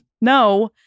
No